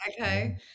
okay